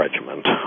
regiment